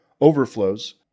overflows